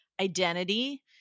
identity